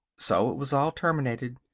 so it was all terminated.